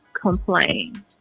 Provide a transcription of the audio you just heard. complain